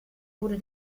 wurde